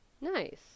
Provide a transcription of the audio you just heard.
Nice